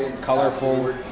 colorful